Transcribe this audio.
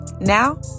Now